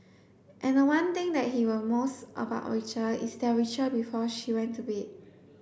and the one thing that he will most about Rachel is their ritual before she went to bed